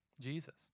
Jesus